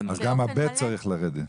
אז גם ה-(ב) צריך לרדת.